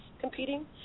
competing